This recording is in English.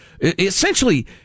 Essentially